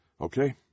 Okay